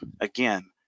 Again